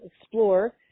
explore